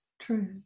True